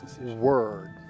word